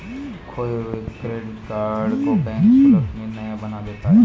खोये हुए credit card को बैंक कुछ शुल्क ले कर नया बना देता है